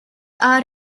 are